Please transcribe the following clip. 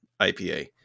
IPA